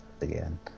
again